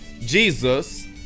Jesus